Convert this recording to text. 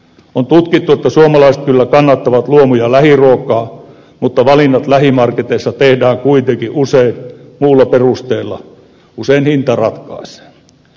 on tutkittu että suomalaiset kyllä kannattavat luomu ja lähiruokaa mutta valinnat lähimarketeissa tehdään kuitenkin usein muulla perusteella usein hinta ratkaisee